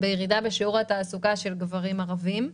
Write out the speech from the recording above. ירידה בשיעור התעסוקה של גברים ערבים.